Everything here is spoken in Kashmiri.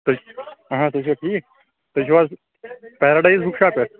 تُہۍ اَہَن حظ تُہۍ چھُو ٹھیٖک تُہۍ چھُو حظ پیراڈایز بُک شاپ پیٚٹھ